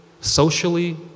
socially